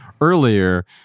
earlier